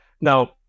Now